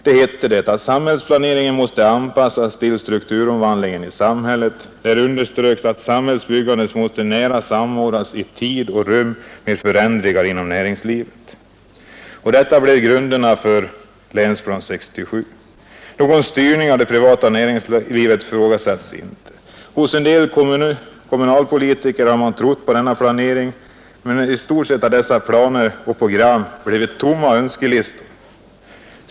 Det hette där bl.a. att samhällsplaneringen måste anpassas till strukturomvandlingen i samhället. Där underströks vidare att samhällsbyggandet måste nära samordnas i tid och rum med förändringar inom näringslivet. Detta blev grunderna för Länsplan 67. Någon styrning av det privata näringslivet ifrågasattes inte. Hos en del kommunalpolitiker har man trott på denna planering, men i stort har dessa planer och program bara blivit tomma önskelistor.